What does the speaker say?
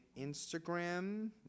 Instagram